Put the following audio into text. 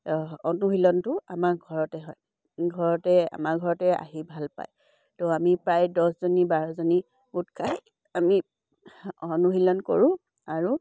অনুশীলনটো আমাৰ ঘৰতে হয় ঘৰতে আমাৰ ঘৰতে আহি ভাল পায় তো আমি প্ৰায় দহজনী বাৰজনী গোট খাই আমি অনুশীলন কৰোঁ আৰু